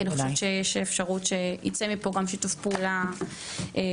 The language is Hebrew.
כי אני חושבת שיש אפשרות שייצא מפה גם שיתוף פעולה טוב.